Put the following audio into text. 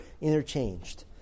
interchanged